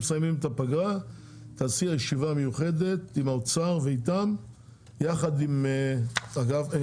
מייד בסיום הפגרה תזמני ישיבה מיוחדת עם האוצר ואנחנו נפתור את הבעיה.